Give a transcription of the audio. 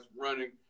running